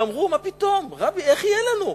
אמרו, מה פתאום, רבי, איך יהיה לנו?